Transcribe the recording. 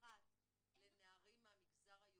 אחת לנערים מהמגזר היהודי,